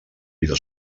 vida